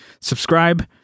subscribe